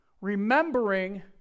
Remembering